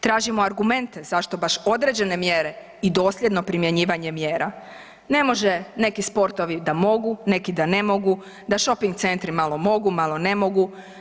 Tražimo argumente zašto baš određene mjere i dosljedno primjenjivanje mjera ne može neki sportovi da mogu, neki da ne mogu, da shoping centri malo mogu, malo ne mogu.